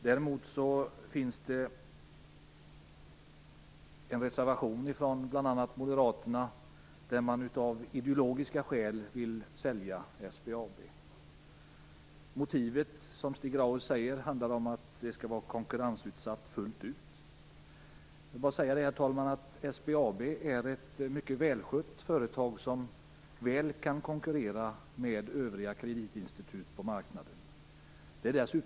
Däremot finns det från bl.a. moderaterna en reservation som går ut på att man av ideologiska skäl vill sälja SBAB. Motivet är, som Stig Grauers säger, att företaget skall konkurrensutsättas fullt ut. Herr talman! Jag vill säga att SBAB är ett välskött företag, som mycket väl kan konkurrera med övriga kreditinstitut på marknaden.